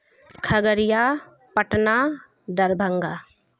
Khagaria Patna Darbhanga